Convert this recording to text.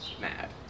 mad